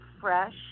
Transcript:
fresh